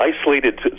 isolated